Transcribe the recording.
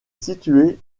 située